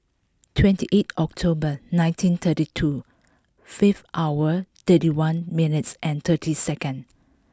twenty eight October nineteen thirty two five hour thirty one minutes and thirty second